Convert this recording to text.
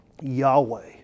Yahweh